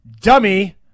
dummy